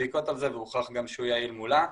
בדיקות על זה והוכח גם שהוא יעיל מולה.